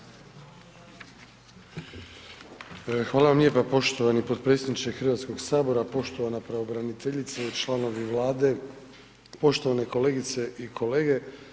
Hvala vam lijepa poštovani potpredsjedniče Hrvatskoga sabora, poštovana pravobraniteljice, članovi Vlade, poštovane kolegice i kolege.